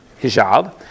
hijab